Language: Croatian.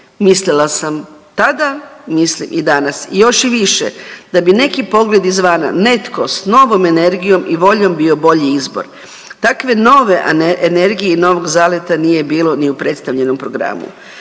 Mislila sam tada, mislim i danas i još i više da bi neki pogledi izvana netko s novom energijom i voljom bio bolji izbor. Takve nove energije i novog zaleta nije bilo ni u predstavljenom programu.